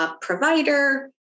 provider